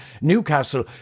Newcastle